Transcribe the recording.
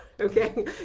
okay